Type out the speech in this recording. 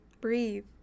Breathe